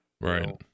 Right